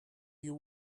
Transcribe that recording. you